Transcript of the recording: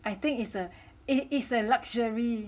I think is a it is a luxury